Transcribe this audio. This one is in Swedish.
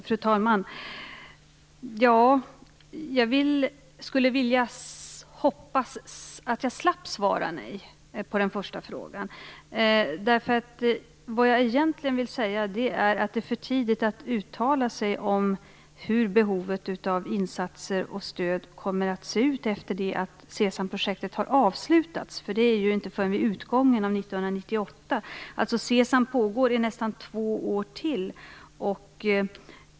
Fru talman! Jag skulle hoppas att jag slapp svara nej på den första frågan. Vad jag egentligen vill säga är att det är för tidigt att uttala sig om hur behovet av insatser och stöd kommer att se ut efter det att SESAM-projektet har avslutats. Det sker ju inte förrän vid utgången av 1998; SESAM pågår alltså i nästan två år till.